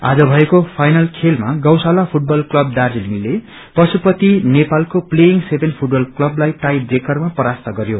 आज भएको फाइनल खेलमा गौशाला फुटबल क्लब दार्जीलिङले पशुपति नेपालको प्लेयिंग सेभेन फुटबल क्लबलाई टाई ब्रेकरमा परास्त गरयो